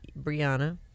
Brianna